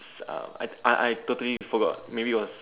uh I I I totally forgot maybe it was